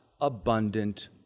abundant